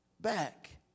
back